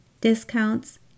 discounts